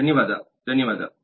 ಧನ್ಯವಾದ